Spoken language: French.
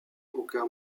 aucun